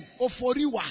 Oforiwa